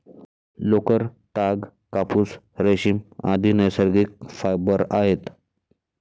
लोकर, ताग, कापूस, रेशीम, आदि नैसर्गिक फायबर आहेत